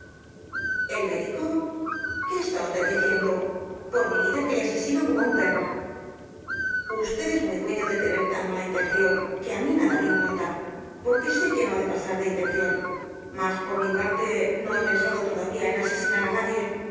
el médico qué está usted diciendo por mi vida que le asesino como á un perro usted es muy dueño de tener tan mala intención que á mí nada me importa porque sé que no ha de pasar de intención mas por mi parte no he pensado todavía en asesinar á nadie